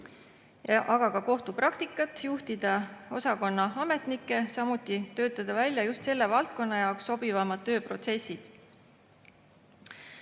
ka kohtupraktikat, juhtida osakonna ametnikke, samuti töötada välja just selle valdkonna jaoks sobivamad tööprotsessid.